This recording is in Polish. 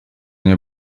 nie